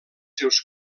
seus